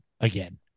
Again